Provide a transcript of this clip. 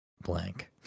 blank